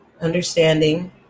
understanding